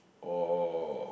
oh